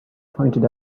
pointed